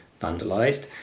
vandalised